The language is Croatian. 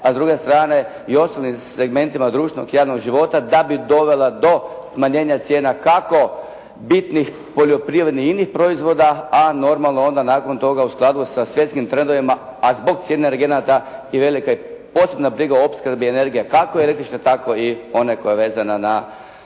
a s druge strane i s ostalim segmentima društvenog javnog života da bi dovela do smanjenja cijena kako bitnih poljoprivrednih i inih proizvoda. A normalno onda nakon toga u skladu sa svjetskim trendovima, a zbog cijena energenata i velika posebna briga o opskrbi energije kako električne tako i one koja je vezana na